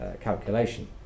calculation